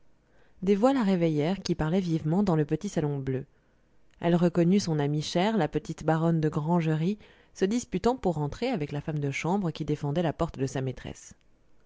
voix la réveillèrent qui parlaient vivement dans le petit salon bleu elle reconnut son amie chère la petite baronne de grangerie se disputant pour entrer avec la femme de chambre qui défendait la porte de sa maîtresse